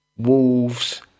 Wolves